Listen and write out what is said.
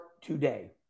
today